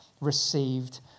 received